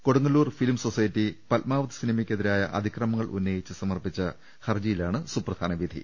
Kodungallur film society Padmavat സിനിമക്കെതിരായ അതിക്രമങ്ങൾ ഉന്നയിച്ച് സമർപ്പിച്ച ഹർജിയിലാണ് സുപ്രധാന വിധി